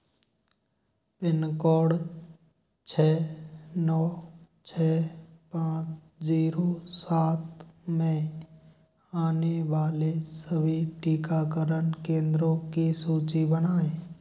pin code छः नौ छः पाँच जीरो सात में आने वाले सभी टीकाकरण केंद्रों की सूची बनाएँ